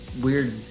weird